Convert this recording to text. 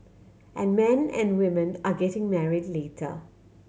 and men and women are getting married later